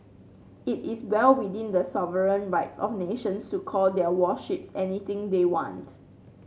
it is well within the sovereign rights of nations to call their warships anything they want